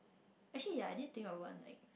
actually ya I did think of one like